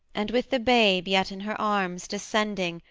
and with the babe yet in her arms, descending,